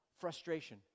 frustration